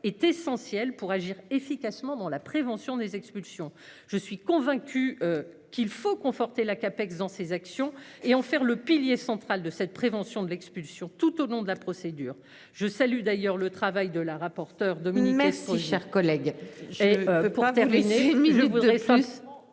est essentielle pour agir efficacement dans la prévention des expulsions. Je suis convaincu qu'il faut conforter la cape dans ses actions et en faire le pilier central de cette prévention de l'expulsion tout au long de la procédure. Je salue d'ailleurs le travail de la rapporteure Dominique mais si cher collègue.